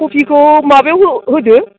खफिखौ माबायाव हो होदो